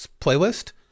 playlist